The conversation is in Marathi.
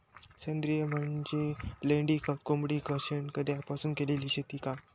सेंद्रिय म्हणजे लेंडीखत, कोंबडीखत, शेणखत यापासून केलेली शेती का?